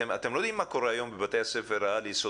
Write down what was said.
אתם לא יודעים מה קורה היום בבתי הספר העל-יסודיים,